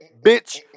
bitch